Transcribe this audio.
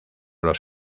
los